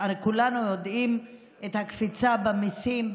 הרי כולנו יודעים את הקפיצה במיסים,